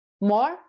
more